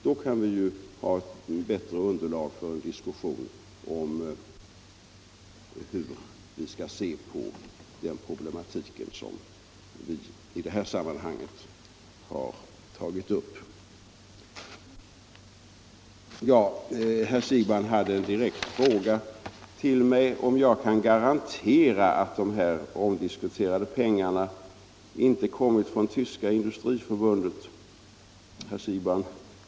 Då har vi bättre underlag för en diskussion om hur vi skall se på den problematik som vi i det här sammanhanget har tagit upp. Herr Siegbahn ställde en direkt fråga till mig, om jag kan garantera att de här omdiskuterade pengarna inte kommit från det tyska industriförbundet.